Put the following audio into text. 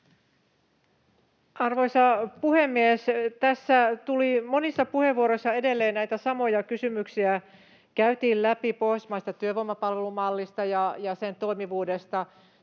Arvoisa puhemies! Tässä tuli monissa puheenvuoroissa edelleen näitä samoja kysymyksiä. Käytiin läpi pohjoismaista työvoimapalvelumallia ja sen toimivuutta.